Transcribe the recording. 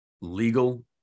legal